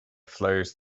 flows